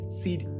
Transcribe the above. seed